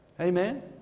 Amen